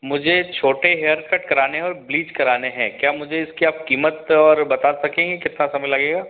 मुझे छोटे hair cut कराने हैं और ब्लीच कराने हैं क्या मुझे इसकी आप कीमत और बता सकेंगे कितना समय लगेगा